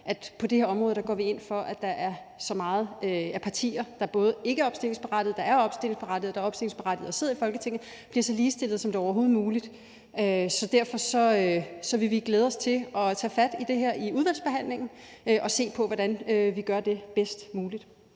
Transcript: at på det her område går vi ind for, at de partier, der ikke er opstillingsberettigede, og de partier, der er opstillingsberettigede, som sidder i Folketinget, bliver så ligestillede, som det overhovedet er muligt. Derfor vil vi glæde os til at tage fat i det her i udvalgsbehandlingen og se på, hvordan vi gør det bedst muligt.